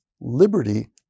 liberty